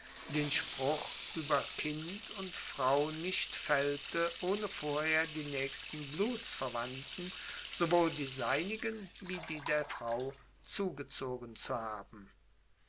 den spruch ueber kind und frau nicht faellte ohne vorher die naechsten blutsverwandten sowohl die seinigen wie die der frau zugezogen zu haben